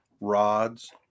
rods